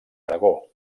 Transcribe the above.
aragó